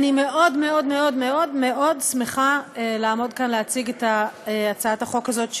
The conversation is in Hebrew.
אני מאוד מאוד מאוד מאוד מאוד שמחה לעמוד כאן להציג את הצעת החוק הזאת,